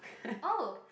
!oh!